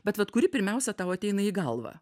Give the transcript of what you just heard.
bet vat kuri pirmiausia tau ateina į galvą